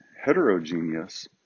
heterogeneous